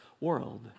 world